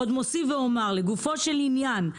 עוד מוסיף ואומר: לגופו של עניין,